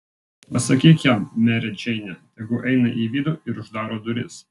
pasakyk jam mere džeine tegu eina į vidų ir uždaro duris